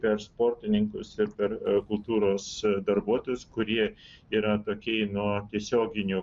per sportininkus ir per kultūros darbuotojus kurie yra atokiai nuo tiesioginių